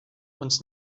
uns